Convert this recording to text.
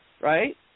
Right